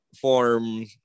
form